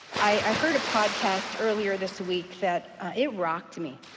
i heard a podcast earlier this week that it rocked me.